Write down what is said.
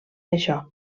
això